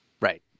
Right